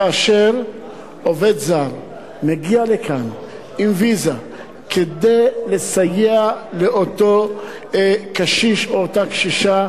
כאשר עובד זר מגיע לכאן עם ויזה כדי לסייע לאותו קשיש או אותה קשישה,